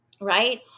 right